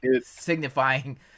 signifying